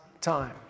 time